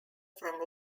from